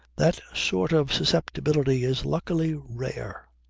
that sort of susceptibility is luckily rare.